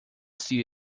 see